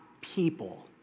people